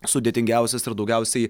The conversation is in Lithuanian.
sudėtingiausias ir daugiausiai